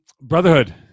Brotherhood